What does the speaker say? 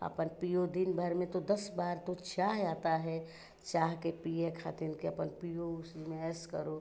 अपन पियो दिन भर में तो दस बार तो चाय आता है चाह के पिए खातिन कि अपन पिओ उसी में ऐश करो